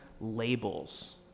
labels